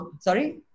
Sorry